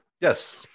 Yes